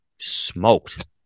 smoked